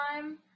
time